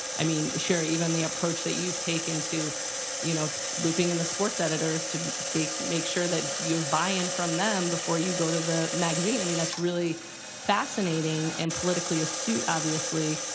i mean sure, even the approach that you've taken to you know looping in the sports editors to make make sure that you have buy in from them before you go to the magazine. i mean that's really fascinating and politically astute, obviously.